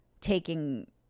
taking